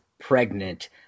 pregnant